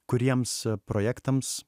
kuriems projektams